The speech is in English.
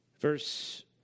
Verse